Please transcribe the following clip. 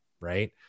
right